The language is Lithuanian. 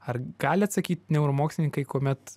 ar gali atsakyt neuromokslininkai kuomet